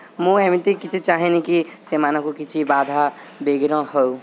ମୁଁ ଏମିତି କିଛି ଚାହଁନି କି ସେମାନଙ୍କୁ କିଛି ବାଧାବିଘ୍ନ ହଉ